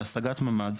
להשגת ממ"ד,